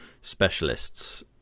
specialists